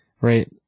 right